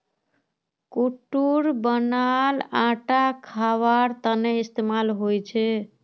कुट्टूर बनाल आटा खवार तने इस्तेमाल होचे